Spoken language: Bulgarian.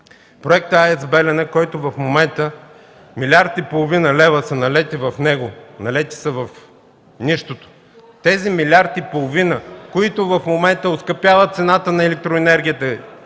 Проектът АЕЦ „Белене”, който в момента милиард и половина са налети в него, налети са в нищото. Тези милиард и половина, които в момента оскъпяват цената на електроенергията;